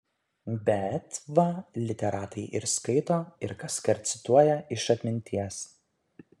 bet va literatai ir skaito ir kaskart cituoja iš atminties